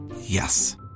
Yes